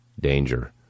danger